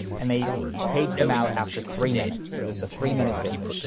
and they paged them out after three minutes. so there's a three minute visit.